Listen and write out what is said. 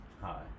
Hi